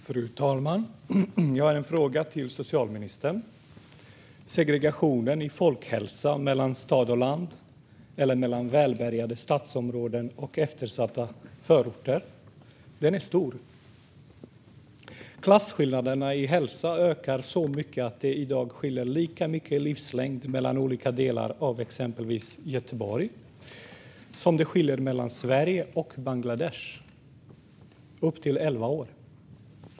Fru talman! Jag har en fråga till socialministern. Segregationen i folkhälsan mellan stad och land eller mellan välbärgade stadsområden och eftersatta förorter är stor. Klasskillnaderna i hälsa ökar så mycket att det i dag skiljer lika mycket i livslängd mellan olika delar av exempelvis Göteborg som det skiljer mellan Sverige och Bangladesh - upp till elva år.